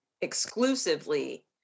exclusively